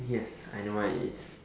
yes I know what it is